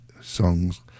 songs